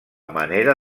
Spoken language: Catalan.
manera